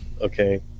Okay